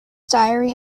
diary